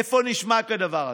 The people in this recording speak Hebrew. איפה נשמע כדבר הזה?